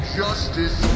justice